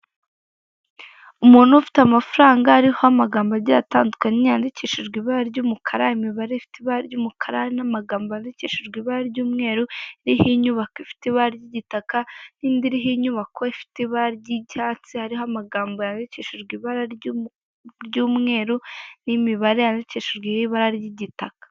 Umuntu ufite amafaranga ariho amagambo agiye atandukanye yandikishije ibara ry'umukara, imibare ifite ibara ry'umukara n'amagambo yandikishijwe ibara ry'umweru, iriho inyubako ifite ibara ry'igitaka n'indi iriho inyubako ifite ibara ry'icyatsi n'amagambo yandikishije ibara ry'umweru n'imibare yandikishije ibara ry'igitaka.